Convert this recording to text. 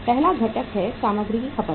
पहला घटक है सामग्री की खपत